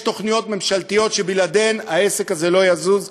יש תוכניות ממשלתיות שבלעדיהן העסק הזה לא יזוז בגדול.